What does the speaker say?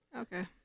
Okay